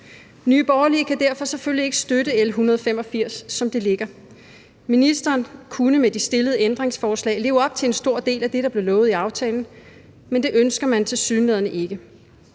Nye Borgerlige kan derfor selvfølgelig ikke støtte L 185, som det ligger. Ministeren kunne med de stillede ændringsforslag leve op til en stor del af det, der blev lovet i aftalen, men det ønsker man tilsyneladende ikke.